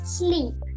sleep